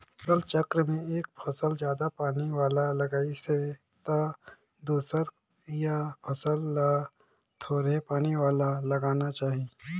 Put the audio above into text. फसल चक्र में एक फसल जादा पानी वाला लगाइसे त दूसरइया फसल ल थोरहें पानी वाला लगाना चाही